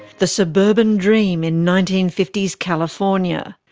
the suburban dream in nineteen fifty s california.